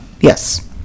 Yes